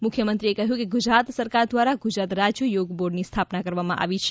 મુખ્યમંત્રી શ્રી એ ઉમેર્યુ કે ગુજરાત સરકાર દ્વારા ગુજરાત રાજ્ય યોગ બોર્ડ ની સ્થાપના કરવામાં આવી છે